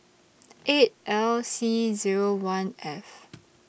eight L C Zero one F